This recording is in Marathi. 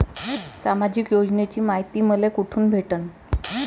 सामाजिक योजनेची मायती मले कोठून भेटनं?